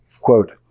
Quote